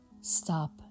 stop